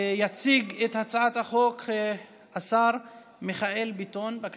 יציג את הצעת החוק השר מיכאל ביטון, בבקשה.